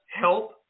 help